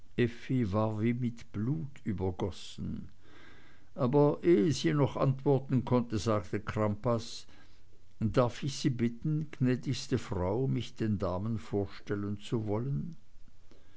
mit blut übergossen aber ehe sie noch antworten konnte sagte crampas darf ich sie bitten gnädigste frau mich den damen vorstellen zu wollen